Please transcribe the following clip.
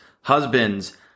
husbands